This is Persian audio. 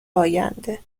آینده